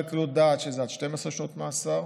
שזה עד שלוש שנות מאסר,